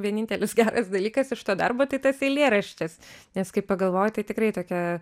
vienintelis geras dalykas iš to darbo tai tas eilėraštis nes kai pagalvoji tai tikrai tokia